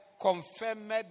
confirmed